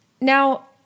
Now